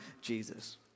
Jesus